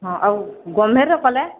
ହଁ ଆଉ ଗମେର୍ ର କଲେ